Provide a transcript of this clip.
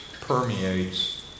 permeates